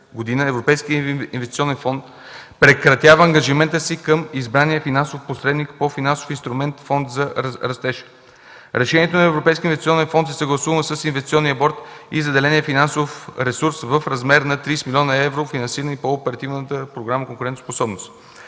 Европейският инвестиционен фонд прекрати ангажимента си към избрания финансов посредник по финансовия инструмент Фонд за растеж. Решението на Европейския инвестиционен фонд е съгласувано с Инвестиционния борд и заделеният финансов ресурс в размер на 30 млн. евро, финансирани по Програмата за конкурентоспособност,